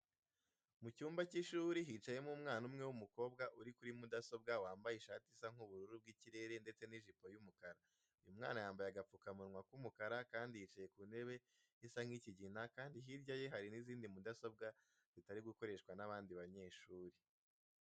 Mu cyumba cy'ishuri hicayemo umwana umwe w'umukobwa uri kuri mudasobwa wambaye ishati isa nk'ubururu bw'ikirere ndetse n'ijipo y'umukara. Uyu mwana yambaye agapfukamunwa k'umukara kandi yicaye ku ntebe isa nk'ikigina kandi hirya ye hari n'izindi mudasobwa zitari gukoreshwa n'abandi banyeshuri.